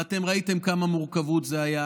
ואתם ראיתם כמה מורכבות הייתה,